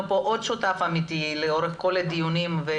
של הענקת